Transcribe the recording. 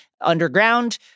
underground